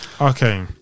Okay